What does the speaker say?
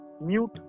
mute